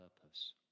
purpose